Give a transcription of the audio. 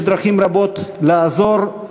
יש דרכים רבות לעזור,